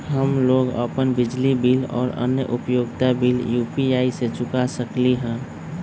हम लोग अपन बिजली बिल और अन्य उपयोगिता बिल यू.पी.आई से चुका सकिली ह